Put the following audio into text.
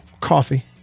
coffee